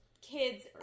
kids